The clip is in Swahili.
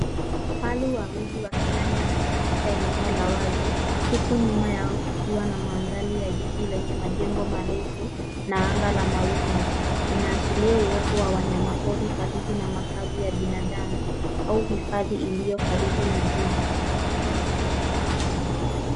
Kifaru wawili wakila nyasi katika eneo la wazi huku nyuma yao kukiwa na mandhari ya jiji lenye majengo marefu na anga la mawingu. Inaashiria uwepo wa wanyama pori karibu na makazi ya binadamu au hifadhi iliyo karibu na jiji.